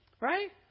Right